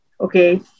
Okay